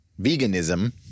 veganism